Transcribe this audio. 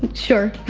and sure.